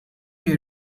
may